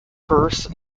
first